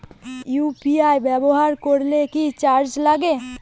UPI ব্যবহার করলে কি চার্জ লাগে?